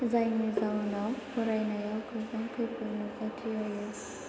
जायनि जाहोनाव फरायनायाव गोबां गोहोम नुजाथियो